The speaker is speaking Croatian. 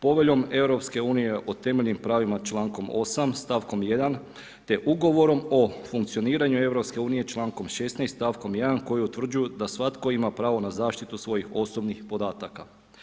Poveljom EU o temeljnim pravima člankom 8., st. 1., te Ugovorom o funkcioniranju Eu člankom 16., st. 1. koji utvrđuju da svatko ima pravo na zaštitu svojih osobnih podataka.